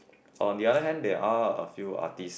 on the other hand there are a few artists